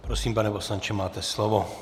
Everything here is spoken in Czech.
Prosím, pane poslanče, máte slovo.